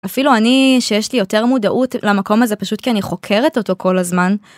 אפילו אני שיש לי יותר מודעות למקום הזה פשוט כי אני חוקרת אותו כל הזמן.